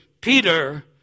Peter